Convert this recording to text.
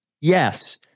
yes